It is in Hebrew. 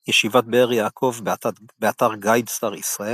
ישיבת באר יעקב, באתר "גיידסטאר ישראל"